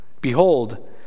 Behold